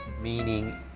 meaning